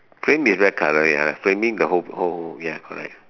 frame is red color ya framing the whole whole ya correct